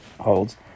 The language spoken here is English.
holds